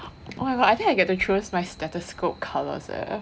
oh my god I think I get to choose my stethoscope colours leh